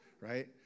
right